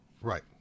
right